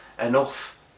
enough